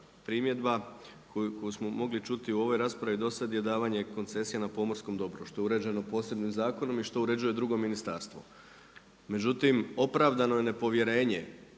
primjedba koju smo mogli čuti u ovoj raspravi do sada je davanje koncesija na pomorskom …/Govornik se ne razumije./… što je uređeno posebnim zakonom i što uređuje drugo ministarstvo. Međutim, opravdano je nepovjerenje